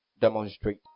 demonstrate